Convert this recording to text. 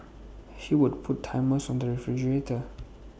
he would put timers on the refrigerator